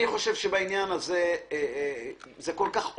אני חושב שהעניין הזה הוא כל כך obvious.